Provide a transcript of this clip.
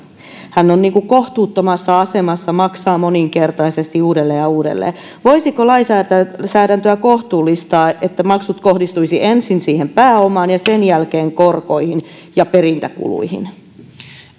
hän on kohtuuttomassa asemassa maksaa moninkertaisesti uudelleen ja uudelleen voisiko lainsäädäntöä kohtuullistaa niin että maksut kohdistuivat ensin siihen pääomaan ja sen jälkeen korkoihin ja perintäkuluihin